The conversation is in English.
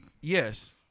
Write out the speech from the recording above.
yes